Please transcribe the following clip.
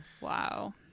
Wow